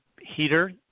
heater